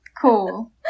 cool